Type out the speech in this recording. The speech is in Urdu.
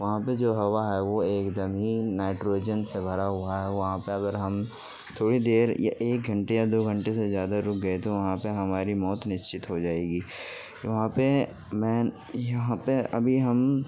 وہاں پہ جو ہوا ہے وہ ایک دم ہی نائٹروجن سے بھرا ہوا ہے وہاں پہ اگر ہم تھوڑی دیر ایک گھنٹے یا دو گھنٹے سے زیادہ رک گئے تو وہاں پہ ہماری موت نشچت ہو جائے گی وہاں پہ میں یہاں پہ ابھی ہم